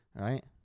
right